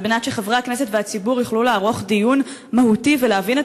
על מנת שחברי הכנסת והציבור יוכלו לערוך דיון מהותי ולהבין את